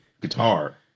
guitar